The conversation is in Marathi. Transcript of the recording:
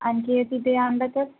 आणखी तिथे आणलं तर